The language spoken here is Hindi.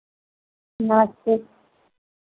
नमस्ते